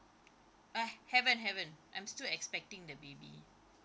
uh haven't haven't I'm still expecting the baby